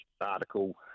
article